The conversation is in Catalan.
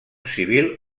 civil